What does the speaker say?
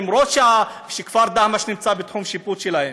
למרות שהכפר דהמש נמצא בתחום השיפוט שלהם.